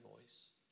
voice